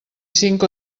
cinc